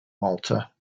malta